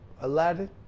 aladdin